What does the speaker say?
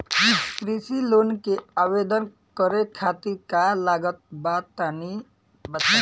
कृषि लोन के आवेदन करे खातिर का का लागत बा तनि बताई?